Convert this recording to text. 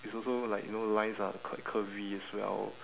it's also like you know lines are quite curvy as well